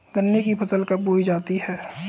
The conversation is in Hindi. गन्ने की फसल कब बोई जाती है?